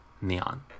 Neon